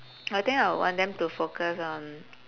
I think I would want them to focus on